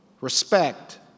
respect